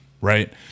right